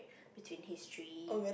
between history